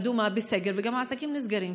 אדומה, בסגר, וגם העסקים נסגרים שם.